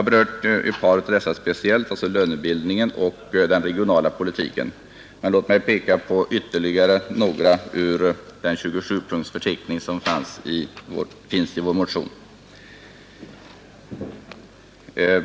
Utöver lönebildningen som nyss berörts och den regionala politiken vill jag peka på ytterligare några punkter i den förteckning som finns i vår motion.